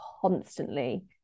constantly